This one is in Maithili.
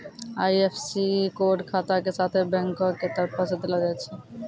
आई.एफ.एस.सी कोड खाता के साथे बैंको के तरफो से देलो जाय छै